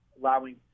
allowing